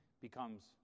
becomes